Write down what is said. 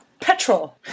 Petrol